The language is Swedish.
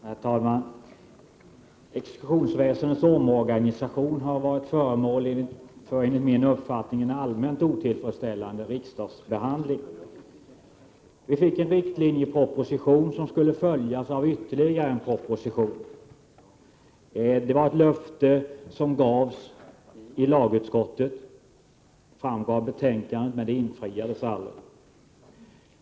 Herr talman! Exekutionsväsendets omorganisation har varit föremål för en enligt min uppfattning allmänt otillfredsställande riksdagsbehandling. Vi fick en riktlinjeproposition, som skulle följas av ytterligare en proposition. Det var ett löfte som gavs i lagutskottet — det framgår av betänkandet — men det infriades aldrig.